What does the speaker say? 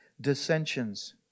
dissensions